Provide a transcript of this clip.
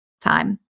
time